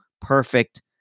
perfect